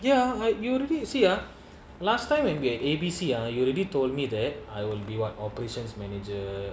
ya like you already you see ah last time when we at A_B_C ah you already told me that I will be what operations manager